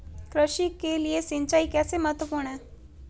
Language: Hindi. कृषि के लिए सिंचाई कैसे महत्वपूर्ण है?